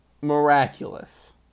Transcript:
miraculous